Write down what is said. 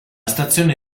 stazione